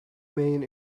main